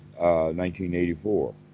1984